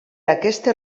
aquestes